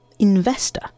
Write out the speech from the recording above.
Investor